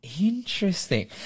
Interesting